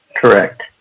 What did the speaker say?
correct